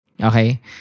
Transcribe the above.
okay